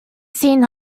seen